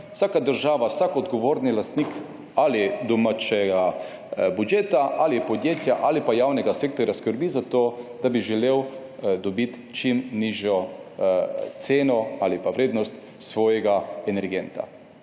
vsaka država, vsak odgovorni lastnik domačega budžeta, podjetja ali pa javnega sektorja želi dobiti čim nižjo ceno ali pa vrednost svojega energenta.